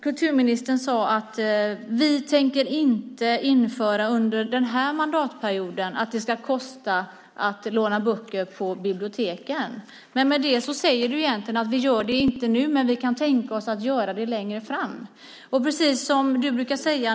Kulturministern sade: Vi tänker inte under den här perioden införa avgifter för att låna böcker på biblioteken. Med det säger hon egentligen: Vi gör det inte nu, men vi kan tänka oss att göra det längre fram.